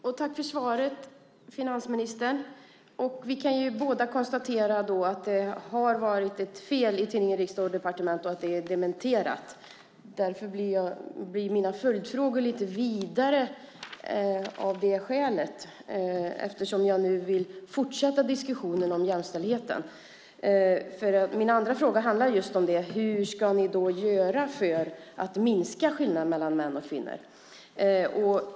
Fru talman! Jag tackar finansministern för svaret. Vi kan båda konstatera att det har varit ett fel i tidningen Från Riksdag & Departement och att det är dementerat. Därför blir mina följdfrågor lite vidare. Jag vill nu fortsätta diskussionen om jämställdheten. Min andra fråga handlar om det. Vad ska ni då göra för att minska skillnaden mellan män och kvinnor?